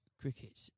cricket